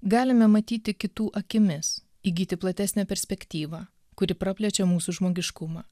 galime matyti kitų akimis įgyti platesnę perspektyvą kuri praplečia mūsų žmogiškumą